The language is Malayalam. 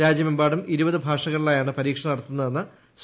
രാജ്യമെമ്പാടും ഇരുപത് ഭാഷകളിലായാണ് പരീക്ഷ ് ന്ട്ടത്തുന്നതെന്ന് സി